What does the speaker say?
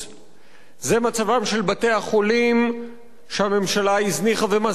זה מצבם של בתי-החולים שהממשלה הזניחה ומזניחה אותם,